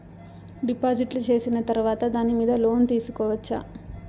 డిపాజిట్లు సేసిన తర్వాత దాని మీద లోను తీసుకోవచ్చా?